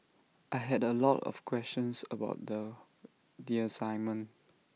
I had A lot of questions about the the assignment